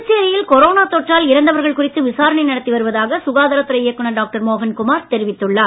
புதுச்சேரியில் கொரோனா தொற்றால் இறந்தவர்கள் குறித்து விசாரணை நடத்தி வருவதாக சுகாதாரத் துறை இயக்குநர் மோகன்குமார் தெரிவித்துள்ளார்